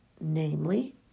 namely